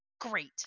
great